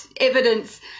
evidence